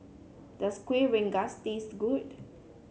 does Kueh Rengas taste good